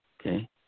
okay